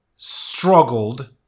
struggled